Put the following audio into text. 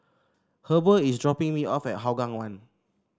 Heber is dropping me off at Hougang One